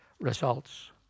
results